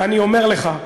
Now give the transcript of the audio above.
אני אומר לך,